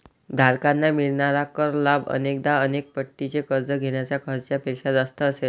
धारकांना मिळणारा कर लाभ अनेकदा अनेक पटीने कर्ज घेण्याच्या खर्चापेक्षा जास्त असेल